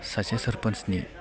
सासे सारपान्चनि